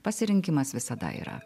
pasirinkimas visada yra